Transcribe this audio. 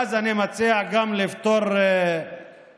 אז אני מציע לפטור ממס